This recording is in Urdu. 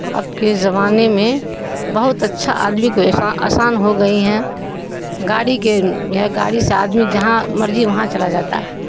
آپ کے زمانے میں بہت اچھا آدمی کو آسان ہو گئی ہیں گاڑی کے گاڑی سے آدمی جہاں مرضی وہاں چلا جاتا ہے